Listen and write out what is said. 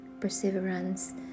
perseverance